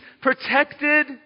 protected